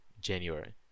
january